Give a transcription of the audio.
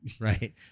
right